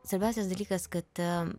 svarbiausias dalykas kad